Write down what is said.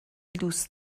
دوست